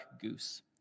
Goose